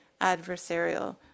adversarial